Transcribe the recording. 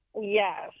Yes